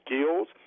skills